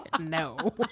No